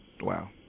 Wow